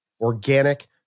organic